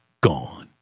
gone